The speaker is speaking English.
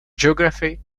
geography